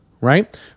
right